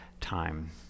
time